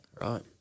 Right